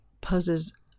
poses